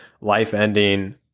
life-ending